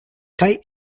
kaj